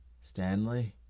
Stanley